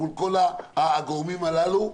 מול כל הגורמים הללו,